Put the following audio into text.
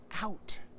out